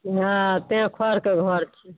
हँ तेँ खरके घर छी